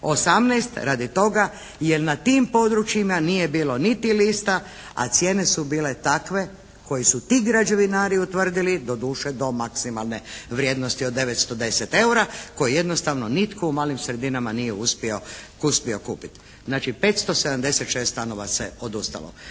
18. radi toga jer na tim područjima nije bilo niti lista, a cijene su bile takve koje su ti građevinari utvrdili doduše do maksimalne vrijednosti od 910 eura koje jednostavno nitko u malim sredinama nije uspio kupiti. Znači 576 stanova se odustalo.